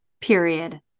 period